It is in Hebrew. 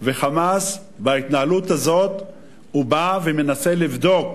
"חמאס", בהתנהלות הזאת, בא ומנסה לבדוק